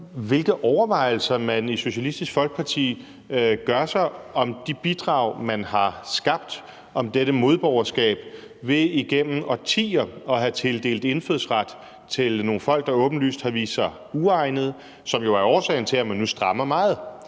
hvilke overvejelser man i Socialistisk Folkeparti gør sig om de bidrag, man har skabt i forhold til dette modborgerskab ved igennem årtier at have tildelt indfødsret til nogle folk, der åbenlyst har vist sig uegnet, og som jo er årsagen til, at man nu strammer meget.